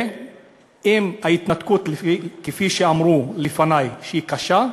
אם ההתנתקות, כפי שאמרו לפני, היא קשה,